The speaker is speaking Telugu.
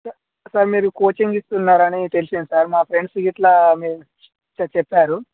సార్ మీరు కోచింగ్ ఇస్తున్నారని తెలుసింది సార్ మా ఫ్రెండ్స్ గిట్లా మీ చెప్పారు